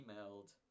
emailed